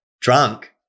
drunk